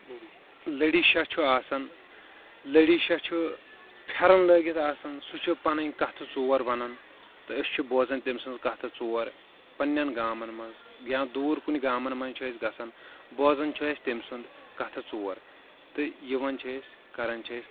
لٔڈیشہ چھُ آسان لٔڈیشہ چھُ پھیٚرن لٲگِتھ آسان سُہ چھُ پنٕنۍ کتھہٕ ژور ونان تہٕ أسۍ چھِ بوزان تٔمۍ سٕنٛز کتھہٕ ژور پننٮ۪ن گامن منٛز یا دور کُنہِ گامن منٛز چھِ أسۍ گژھان بوزان چھِ أسۍ تٔمۍ سُنٛد کتھہٕ ژور تہٕ یِوان چھِ أسۍ کران چھِ أسۍ